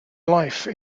life